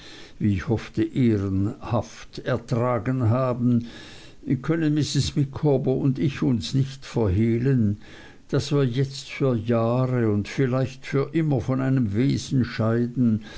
wie ich hoffe ehrenhaft ertragen haben können mrs micawber und ich uns nicht verhehlen daß wir jetzt für jahre und vielleicht für immer von einem wesen scheiden